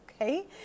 Okay